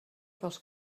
dels